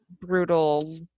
brutal